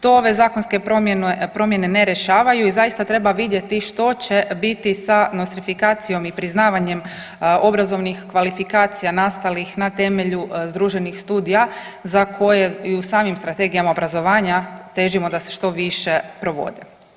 To ove zakonske promjene ne rješavaju i zaista treba vidjeti što će biti sa nostrifikacijom i priznavanjem obrazovnih kvalifikacija nastalih na temelju združenih studija za koje i u samim strategijama obrazovanja težimo da se što više provode.